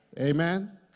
Amen